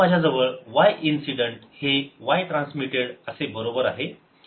आता माझ्याजवळ y incident हे y ट्रान्समिटेड असे बरोबर आहे